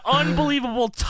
unbelievable